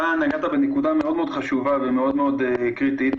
אתה נגעת בנקודה מאוד חשובה ומאוד קריטית.